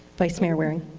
vice mayor waring?